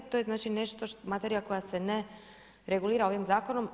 To je znači nešto, materija koja se ne regulira ovim zakonom.